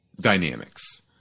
dynamics